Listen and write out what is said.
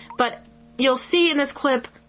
but you'll see in this clip,